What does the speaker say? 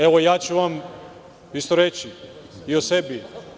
Evo, ja ću vam isto reći i o sebi.